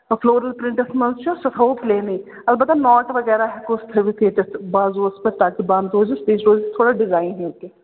ہۄ floral prints منٛز چھِ سۄ تھاوَو پٕلینٕے البتَہ ناٹ وغیرہ ہٮ۪کوس تھٲوِتھ ییٚتٮ۪تھ بازُوَس پٮ۪ٹھ تاکہِ بنٛد روزٮ۪س بیٚیہِ روزٮ۪س تھوڑا ڈِزایِن ہیوٗ تہِ